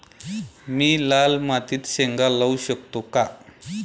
मी लाल मातीत शेंगा लावू शकतो का?